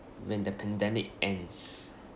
when the pandemic ends